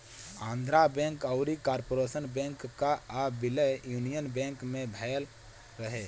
Andhra Bank अउरी Corporation Bank कअ विलय यूनियन बैंक में भयल रहे